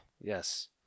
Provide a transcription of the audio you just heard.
Yes